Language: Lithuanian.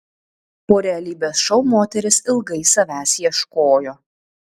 po realybės šou moteris ilgai savęs ieškojo